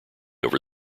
over